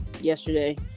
yesterday